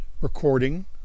Recording